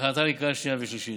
להכנתה לקריאה שנייה ושלישית.